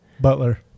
Butler